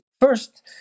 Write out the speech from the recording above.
First